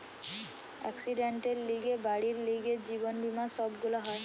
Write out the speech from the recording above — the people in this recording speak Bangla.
একসিডেন্টের লিগে, বাড়ির লিগে, জীবন বীমা সব গুলা হয়